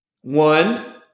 One